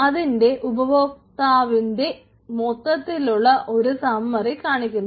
അതിന്റെ ഉപഭോക്താവിന്റെ മൊത്തത്തിലുള്ള ഒരു സംമ്മറി കാണിക്കുന്നു